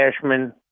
Cashman